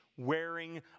wearing